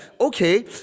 okay